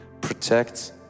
protect